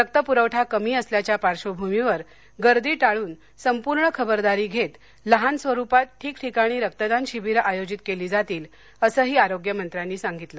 रक्त पुरवठा कमी असल्याच्या पार्श्वभूमीवर गर्दी टाळून संपूर्ण खबरदारी घेत लहान स्वरुपात ठिकठीकाणी रक्तदान शिबीरं आयोजित केली जातील असंही आरोग्यमंत्र्यांनी सांगितलं